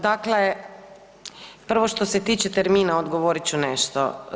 Dakle, prvo što se tiče termina odgovorit ću nešto.